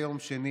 חס וחלילה.